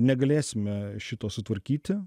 negalėsime šito sutvarkyti